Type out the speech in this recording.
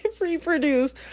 reproduce